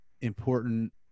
important